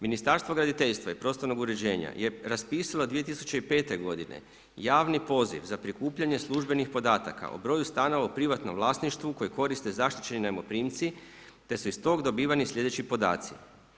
Ministarstvo graditeljstva i prostornog uređenja je raspisalo 2005. godine javni poziv za prikupljanje službenih podataka o broju stanova u privatnom vlasništvu koji koriste zaštićeni najmoprimci, te su iz tog dobiveni sljedeći podaci.